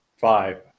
Five